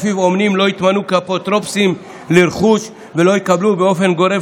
שלפיו אומנים לא יתמנו לאפוטרופוסים לרכוש ולא יקבלו באופן גורף